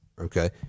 Okay